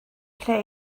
lle